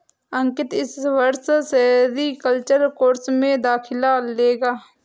अंकित इस वर्ष sericulture course में दाखिला लेगा